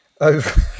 over